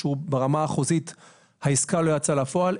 שברמה החוזית העסקה לא יצאה לפועל,